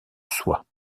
soie